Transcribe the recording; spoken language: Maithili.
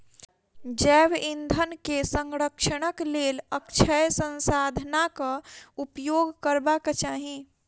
जैव ईंधन के संरक्षणक लेल अक्षय संसाधनाक उपयोग करबाक चाही